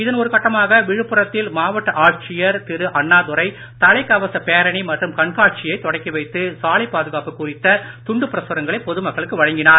இதன் ஒரு கட்டமாக விழுப்புரத்தில் மாவட்ட ஆட்சியர் திரு அண்ணாதுரை தலைக்கவச பேரணி மற்றும் கண்காட்சியை தொடங்கி வைத்து சாலை பாதுகாப்பு குறித்த துண்டு பிரசுரங்களை பொதுமக்களுக்கு வழங்கினார்